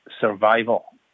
survival